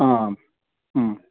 ആ ആ മ്മ്